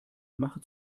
mache